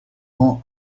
rangs